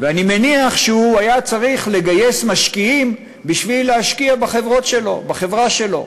ואני מניח שהוא היה צריך לגייס משקיעים בשביל להשקיע בחברה שלו.